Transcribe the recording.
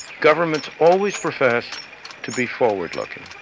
governments always profess to be forward-looking.